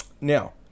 Now